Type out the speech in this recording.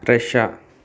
Russia